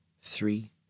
three